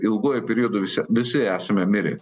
ilguoju periodu visi visi esame mirę